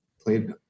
played